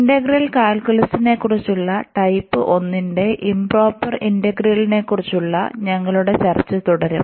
integral കാൽക്കുലസിനെക്കുറിച്ചുള്ള type 1 ന്റെ improper ഇന്റഗ്രലുകളെക്കുറിച്ചുള്ള ഞങ്ങളുടെ ചർച്ച തുടരും